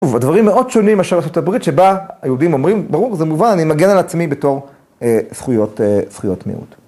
הדברים מאוד שונים מאשר ארצות הברית שבה היהודים אומרים ברור, זה מובן, אני מגן על עצמי בתור זכויות מיעוט.